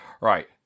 Right